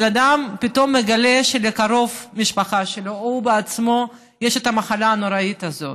בן אדם פתאום מגלה שלקרוב משפחה שלו או לו עצמו יש מחלה נוראית כזאת,